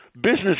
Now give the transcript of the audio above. business